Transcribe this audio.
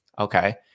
Okay